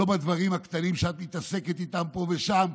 לא בדברים הקטנים שאת מתעסקת איתם פה ושם,